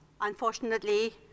unfortunately